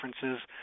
differences